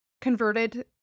converted